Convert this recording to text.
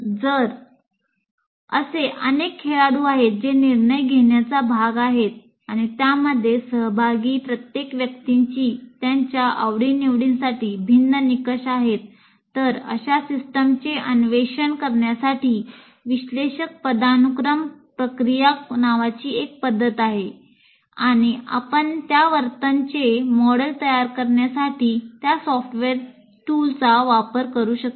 जर असे अनेक खेळाडू आहेत जे निर्णय घेण्याचा भाग आहेत आणि त्यामध्ये सहभागी प्रत्येक व्यक्तीची त्यांच्या आवडीनिवडींसाठी भिन्न निकष आहेत तर अशा सिस्टमचे अन्वेषण करण्यासाठी विश्लेषक पदानुक्रम प्रक्रिया नावाची एक पद्धत आहे आणि आपण त्या वर्तनचे मॉडेल तयार करण्यासाठी त्या सॉफ्टवेअर टूलचा वापर करू शकता